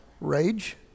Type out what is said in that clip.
Rage